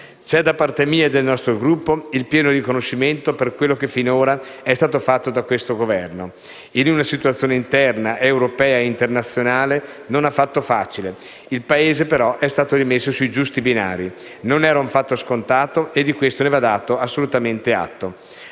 C'è, da parte mia e del nostro Gruppo, il pieno riconoscimento per quello che finora è stato fatto da questo Governo. In una situazione interna, europea e internazionale non affatto facile, il Paese è stato rimesso sui giusti binari; non era un fatto scontato e di questo ne va dato assolutamente atto.